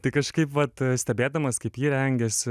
tai kažkaip vat stebėdamas kaip ji rengiasi